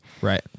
Right